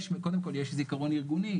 קודם כל יש זיכרון ארגוני,